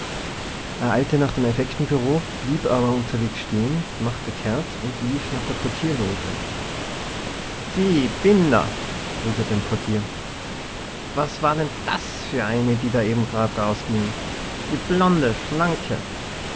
eilte nach dem effektenbureau blieb aber unterwegs stehen machte kehrt und lief nach der portierloge sie binder frug er den portier was war denn das für eine die da eben raus ging die blonde schlanke